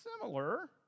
Similar